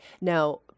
Now